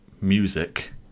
music